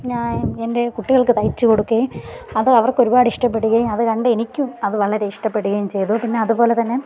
ഞാൻ എൻ്റെ കുട്ടികൾക്ക് തയ്ച്ച് കൊടുക്കുകയും അത് അവർക്ക് ഒരുപാട് ഇഷ്ടപ്പെടുകയും അത് കണ്ട് എനിക്കും അത് വളരെ ഇഷ്ടപ്പെടുകയും ചെയ്തു പിന്നെ അതുപോലെത്തന്നെ